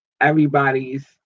everybody's